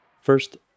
First